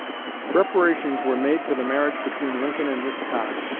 preparations were made for the marriage between lincoln and miss todd.